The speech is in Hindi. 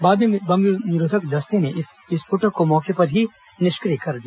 बाद में बम निरोधक दस्ते ने इस आईईडी को मौके पर ही निष्क्रिय कर दिया